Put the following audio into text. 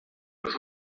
was